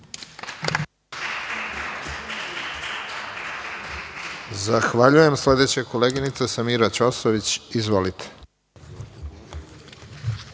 Zahvaljujem. Sledeća koleginica Samira Ćosović. Izvolite.